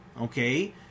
okay